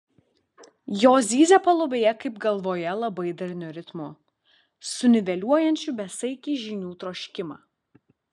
jos zyzia palubėje kaip galvoje labai darniu ritmu suniveliuojančiu besaikį žinių troškimą